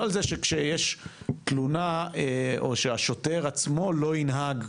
לא על זה שכשיש תלונה או שהשוטר עצמו לא ינהג.